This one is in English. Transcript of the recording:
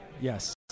yes